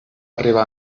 arribar